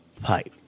pipe